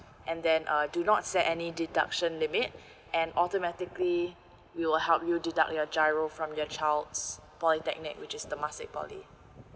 and then uh do not set any deduction limit and automatically we'll help you deduct your giro from your child's polytechnic which is temasek poly